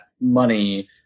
money